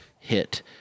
hit